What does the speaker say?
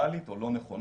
זה מאוד מרשים.